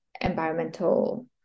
environmental